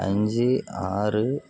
அஞ்சு ஆறு